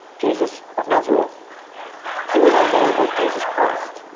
jesus of nazareth who we now know as jesus christ.